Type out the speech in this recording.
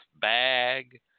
bag